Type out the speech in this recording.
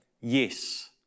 Yes